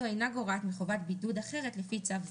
יבוא: "(י1)